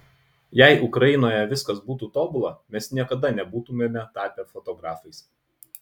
jei ukrainoje viskas būtų tobula mes niekada nebūtumėme tapę fotografais